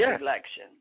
election